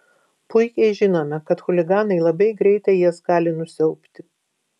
puikiai žinome kad chuliganai labai greitai jas gali nusiaubti